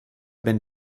been